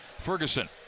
Ferguson